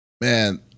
man